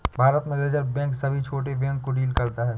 भारत में Reserve Bank सभी छोटे बैंक को डील करता है